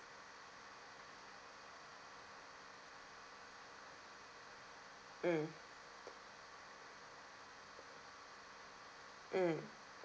mm mm